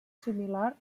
similar